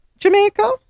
Jamaica